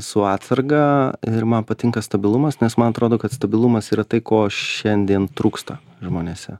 su atsarga ir man patinka stabilumas nes man atrodo kad stabilumas yra tai ko šiandien trūksta žmonėse